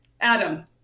Adam